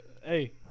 Hey